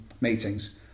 meetings